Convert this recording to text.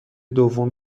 دوم